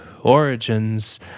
Origins